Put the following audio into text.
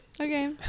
Okay